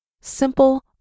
simple